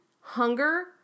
hunger